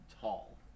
tall